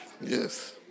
Yes